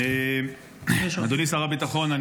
אדוני שר הביטחון,